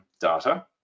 data